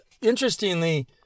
interestingly